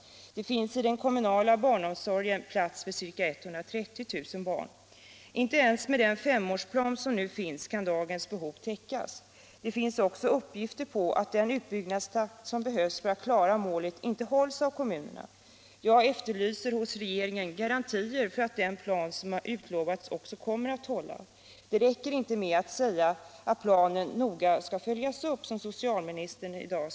I den kommunala barnomsorgen finns det plats för ca 130 000 barn. Inte ens med den femårsplan som nu finns kan dagens behov täckas. Det finns också uppgifter om att den utbyggnadstakt som behövs för att klara målet inte hålls av kommunerna. Jag efterlyser hos regeringen garantier för att den plan som har utlovats också kommer att hållas. Det räcker inte med att säga att planen noga skall följas upp, som socialministern sade i dag.